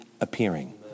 appearing